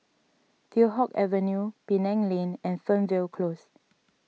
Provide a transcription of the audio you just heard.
Teow Hock Avenue Penang Lane and Fernvale Close